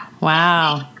Wow